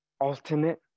ultimate